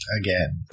again